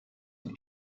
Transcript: een